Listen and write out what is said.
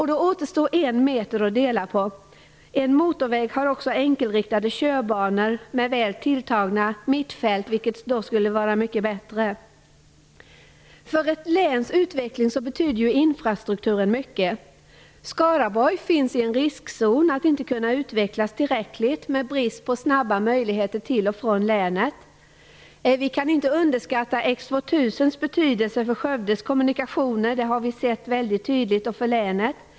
Då återstår 1 meter att dela på. En motorväg har också enkelriktade körbanor, med väl tilltagna mittfält, vilket skulle vara mycket bättre. För ett läns utveckling betyder infrastrukturen mycket. Skaraborg finns i en riskzon för att inte kunna utvecklas tillräckligt, med brist på snabba möjligheter till och från länet. Vi kan inte underskatta X 2000:s betydelse för Skövdes kommunikationer. Det har vi sett väldigt tydligt i länet.